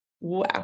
Wow